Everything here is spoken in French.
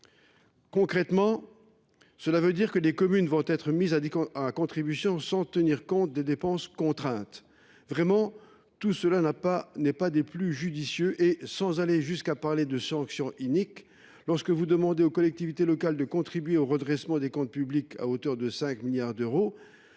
madame la ministre, que des communes vont être mises à contribution sans tenir compte des dépenses contraintes ? Tout cela n’est pas des plus judicieux et, sans aller jusqu’à parler de sanction inique, lorsque vous demandez aux collectivités locales de contribuer au redressement des comptes publics à hauteur de 5 milliards d’euros,